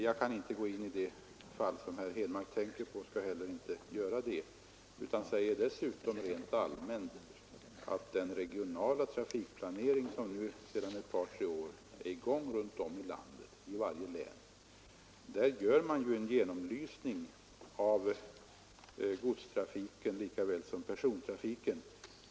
Jag kan ju inte gå in på det fall som herr Henmark tänker på, men jag vill rent allmänt säga att vid den regionala trafikplanering som sedan några år är i gång runt om i landet görs i varje län en undersökning av godstrafiken lika väl som av persontrafiken.